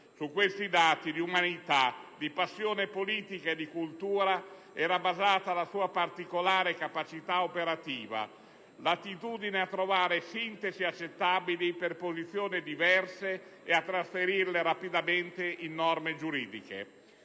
Su questi dati di umanità, di passione politica e di cultura era basata la sua particolare capacità operativa, l'attitudine a trovare sintesi accettabili per posizioni diverse e a trasferirle rapidamente in norme giuridiche.